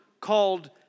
called